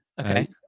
Okay